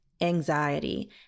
anxiety